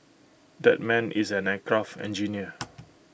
that man is an aircraft engineer